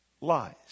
lies